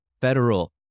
federal